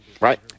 Right